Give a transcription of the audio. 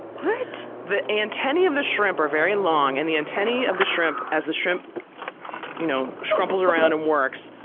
what? the antennae of the shrimp are very long and the antennae of the shrimp, as the shrimp you know scrumples around and works,